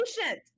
patient